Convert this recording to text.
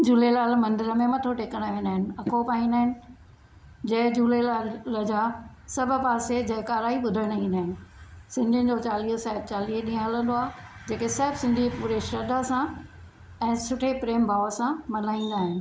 झूलेलाल मंदर में मथो टेकण वेंदा आहिनि अखो पाईंदा आहिनि जय झूलेलाल जा सभु पासे जयकारा ई ॿुधण ईंदा आहिनि सिंधियुनि जो चालीहो साहिबु चालीह ॾींहुं हलंदो आहे जेके सभु सिंधी पूरे श्रद्धा सां ऐं सुठे प्रेम भाव सां मल्हाईंदा आहिनि